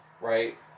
right